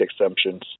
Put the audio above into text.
exemptions